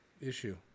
issue